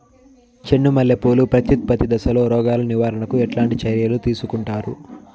చెండు మల్లె పూలు ప్రత్యుత్పత్తి దశలో రోగాలు నివారణకు ఎట్లాంటి చర్యలు తీసుకుంటారు?